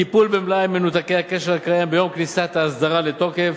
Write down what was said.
טיפול במלאי מנותקי הקשר הקיים ביום כניסת ההסדרה לתוקף,